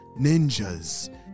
ninjas